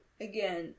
again